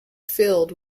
field